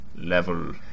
level